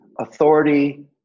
Authority